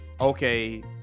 okay